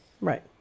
Right